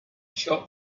shop